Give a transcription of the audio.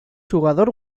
jugador